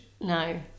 No